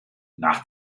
nach